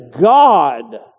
God